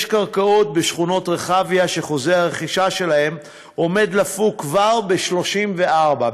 יש קרקעות בשכונת רחביה שחוזי הרכישה שלהן עומדים לפוג כבר ב-34',